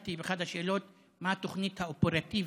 שאלתי באחת השאלות מה התוכנית האופרטיבית: